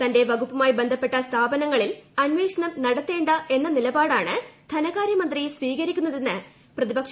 തന്റെ വകുപ്പുമായിബന്ധപ്പെട്ട സ്ഥാപനങ്ങളിൽ അന്വേഷണം നടത്തേണ്ട എന്നാണ് നിലപാടാണ് ധനകാര്യമന്ത്രി സ്വീകരിക്കുന്നതെന്ന് പ്രതിപക്ഷ നേതാവ് ആരോപിച്ചു